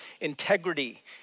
integrity